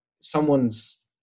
someone's